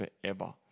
forever